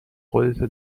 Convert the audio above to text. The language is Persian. خودتو